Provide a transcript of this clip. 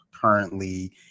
currently